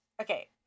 Okay